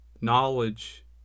knowledge